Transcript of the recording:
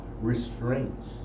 restraints